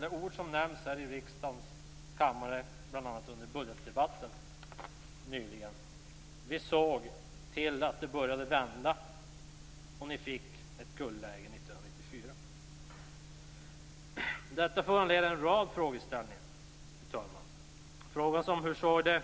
De orden nämndes i riksdagens kammare bl.a. under budgetdebatten nyligen: "Vi såg till att det började vända", och "ni fick ett guldläge 1994". Detta föranleder en rad frågor, fru talman. Hur såg det